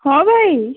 ହଁ ଭାଇ